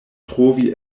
trovi